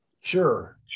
Sure